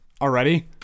already